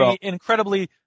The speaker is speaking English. incredibly